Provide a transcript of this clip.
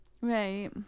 Right